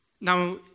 Now